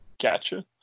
gotcha